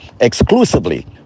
exclusively